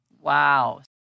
Wow